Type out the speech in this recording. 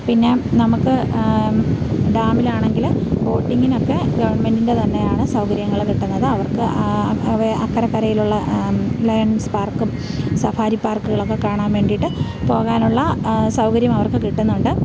പിന്നെ നമുക്ക് ഡാമിലാണെങ്കിൽ ബോട്ടിങ്ങിനൊക്കെ ഗവണ്മെന്റിന്റെ തന്നെയാണ് സൗകര്യങ്ങൾ കിട്ടുന്നത് അവര്ക്ക് അവ അക്കരയിലുള്ള ലയണ്സ് പാര്ക്കും സഫാരി പാഋക്കുകളുമൊക്കെ കാണാൻ വേണ്ടിയിട്ട് പോകുവാനുള്ള സൗകര്യം അവര്ക്ക് കിട്ടുന്നുണ്ട്